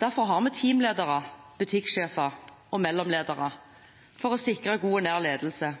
Derfor har vi teamledere, butikksjefer og mellomledere for å sikre god og nær ledelse.